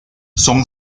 son